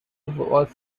was